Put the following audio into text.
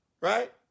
Right